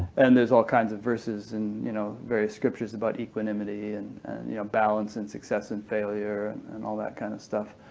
and there's all kinds of verses in you know various scriptures about equanimity and yeah balance, and success and failure and all that kind of stuff.